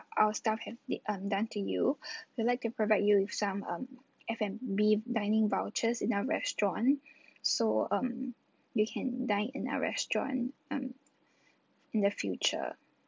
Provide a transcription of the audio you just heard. our staff have the um done to you we would like to provide you with some um F and B dining vouchers in our restaurant so um you can dine in our restaurant um in the future